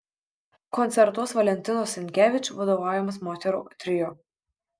koncertuos valentinos sinkevič vadovaujamas moterų trio